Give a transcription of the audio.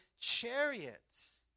chariots